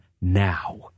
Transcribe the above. now